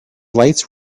lights